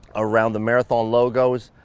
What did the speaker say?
around the marathon logos.